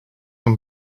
een